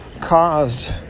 caused